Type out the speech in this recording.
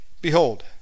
Behold